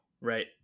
right